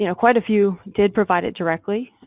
you know quite a few did provide it directly.